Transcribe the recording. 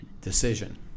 decision